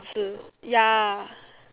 吃 ya